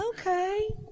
Okay